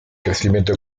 crecimiento